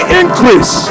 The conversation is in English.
increase